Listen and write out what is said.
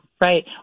Right